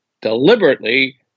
deliberately